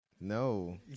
No